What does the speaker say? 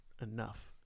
enough